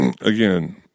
again